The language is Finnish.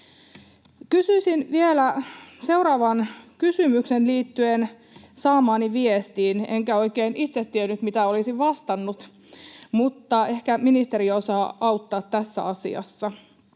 Kysyisin vielä seuraavan kysymyksen liittyen saamaani viestiin. En oikein itse tiennyt, mitä olisin vastannut, mutta ehkä ministeri osaa auttaa tässä asiassa.